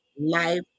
Life